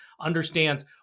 understands